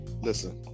listen